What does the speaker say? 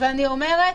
אני אומרת,